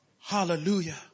Hallelujah